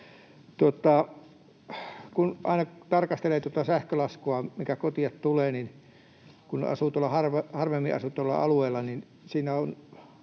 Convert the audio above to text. Kun aina tarkastelee sähkölaskua, mikä kotiin tulee, niin kun asuu tuolla harvemmin asutulla alueella,